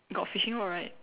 got fishing rod right